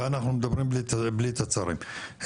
ואנחנו מדברים בלי תוצרים.